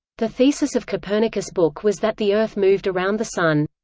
the thesis of copernicus' book was that the earth moved around the sun.